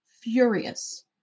furious